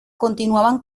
continuaban